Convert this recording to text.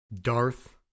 Darth